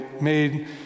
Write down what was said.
made